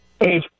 Hey